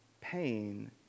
pain